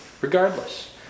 regardless